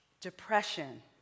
depression